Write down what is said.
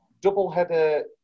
double-header